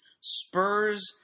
Spurs